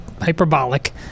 hyperbolic